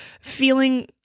feeling